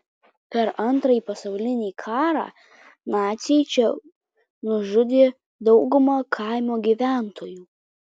per antrąjį pasaulinį karą naciai čia nužudė daugumą kaimo gyventojų